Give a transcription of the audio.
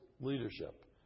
leadership